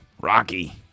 Rocky